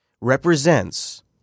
represents